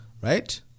right